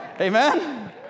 Amen